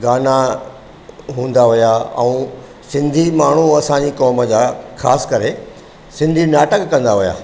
गाना हूंदा हुआ ऐं सिंधी माण्हू असांजी क़ौम जा ख़ासि करे सिंधी नाटक कंदा हुआ